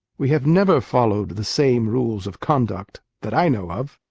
we have never followed the same rules of conduct, that i know of.